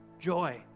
Joy